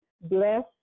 bless